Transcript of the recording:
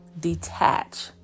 detach